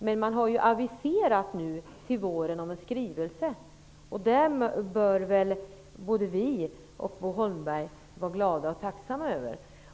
Men man har aviserat en skrivelse nu till våren, och det bör väl både vi och Bo Holmberg vara glada och tacksamma över.